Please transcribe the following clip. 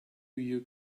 you